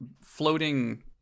Floating